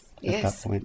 Yes